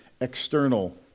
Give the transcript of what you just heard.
external